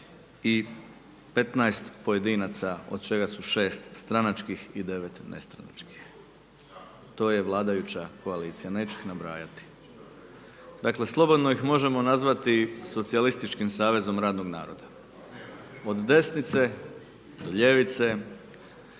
i 15 pojedinaca od čega su 6 stranačkih i 9 nestranačkih, to je vladajuća koalicija neću ih nabrajati. Dakle slobodno ih možemo nazvati socijalističkim savezom radnog naroda, od desnice, do ljevice,